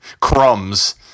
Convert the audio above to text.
crumbs